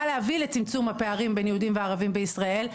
להביא לצמצום הפערים בין יהודים וערבים בישראל.